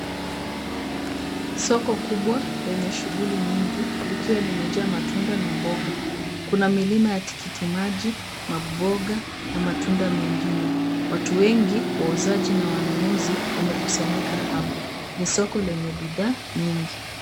Soko kubwa lenye shughuli nyingi likiwa limejaa matunda na mboga. Kuna milima ya tikiti maji, maboga na matunda mengine. Watu wengi, wauzaji na wanunuzi, wamekusanyika hapo. Ni soko lenye bidhaa nyingi.